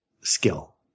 skill